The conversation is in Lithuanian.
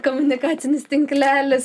komunikacinis tinklelis